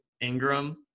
Ingram